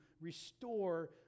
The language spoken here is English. restore